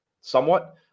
somewhat